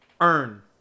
earn